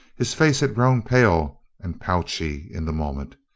his face had grown pale and pouchy in the moment.